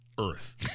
Earth